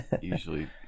usually